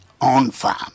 on-farm